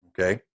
Okay